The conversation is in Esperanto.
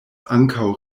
ankaŭ